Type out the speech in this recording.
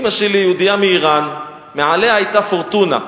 אמא שלי, יהודייה מאירן, מעליה היתה פורטונה.